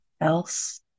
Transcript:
else